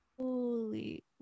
Holy